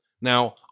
Now